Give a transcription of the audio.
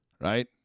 right